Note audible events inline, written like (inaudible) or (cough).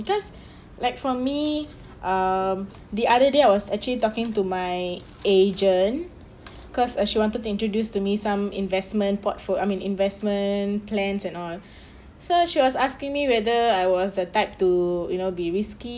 because (breath) like for me um the other day I was actually talking to my agent cause uh she wanted to introduce to me some investment portfo~ for I mean investment plans and all (breath) so she was asking me whether I was the type to you know be risky